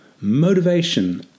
motivation